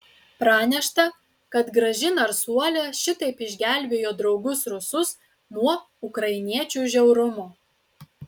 pranešta kad graži narsuolė šitaip išgelbėjo draugus rusus nuo ukrainiečių žiaurumo